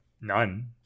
none